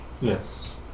Yes